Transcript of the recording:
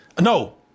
No